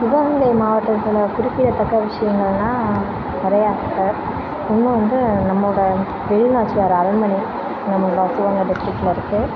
சிவகங்கை மாவட்டத்தில் குறிப்பிடத்தக்க விஷயங்கள்னால் நிறையா இருக்குது ஒன்று வந்து நம்மோட வேலுநாச்சியார் அரண்மனை நம்மளோட சிவகங்கை டிஸ்ட்ரிக்ட்டில் இருக்குது